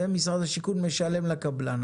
ומשרד השיכון משלם לקבלן.